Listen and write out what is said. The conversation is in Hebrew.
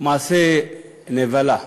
מעשה נבלה,